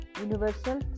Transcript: universal